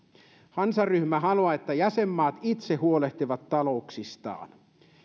hansaryhmä haluaa että jäsenmaat itse huolehtivat talouksistaan